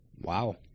Wow